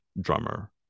drummer